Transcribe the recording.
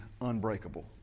unbreakable